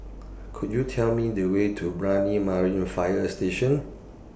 Could YOU Tell Me The Way to Brani Marine Fire Station